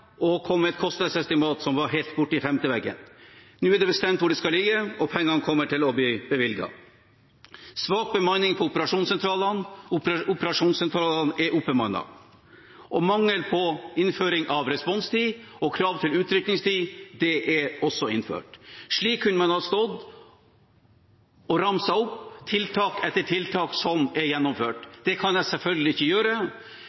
og kom med et kostnadsestimat som var helt borti femte veggen. Nå er det bestemt hvor det skal ligge, og pengene kommer til å bli bevilget. Svak bemanning på operasjonssentralene: Operasjonssentralene er oppbemannet. Mangel på innføring av responstid og krav til utrykningstid er også innført. Slik kunne en stått og ramset opp tiltak etter tiltak som er gjennomført. Det kan en selvfølgelig ikke gjøre.